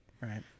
right